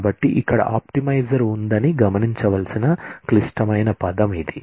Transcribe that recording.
కాబట్టి ఇక్కడ ఆప్టిమైజర్ ఉందని గమనించవలసిన క్లిష్టమైన పదం ఇది